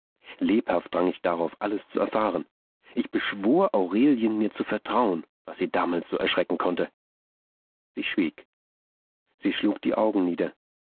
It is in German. lebhaft drang ich darauf alles zu erfahren ich beschwor aurelien mir zu vertrauen was sie damals so erschrecken konnte sie schwieg sie schlug die augen nieder